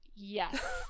Yes